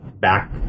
back